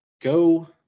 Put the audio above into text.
Go